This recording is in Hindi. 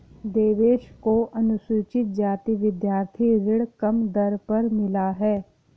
देवेश को अनुसूचित जाति विद्यार्थी ऋण कम दर पर मिला है